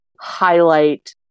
highlight